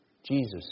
Jesus